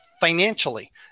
financially